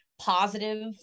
positive